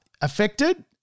affected